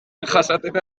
jasaten